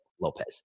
Lopez